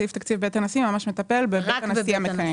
סעיף תקציב בית הנשיא מטפל ממש רק בנשיא המכהן.